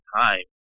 time